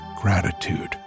gratitude